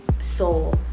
soul